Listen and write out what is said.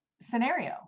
scenario